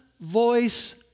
voice